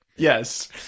yes